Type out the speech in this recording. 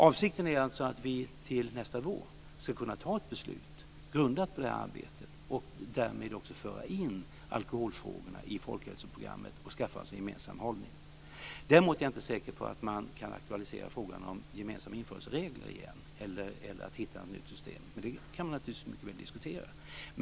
Avsikten är alltså att vi till nästa vår ska kunna fatta ett beslut grundat på detta arbete och därmed också föra in alkoholfrågorna i folkhälsoprogrammet och skaffa oss en gemensam hållning. Däremot är jag inte säker på att vi kan aktualisera frågan om gemensamma införselregler igen eller hitta ett nytt system, men det kan man naturligtvis mycket väl diskutera.